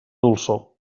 dolçor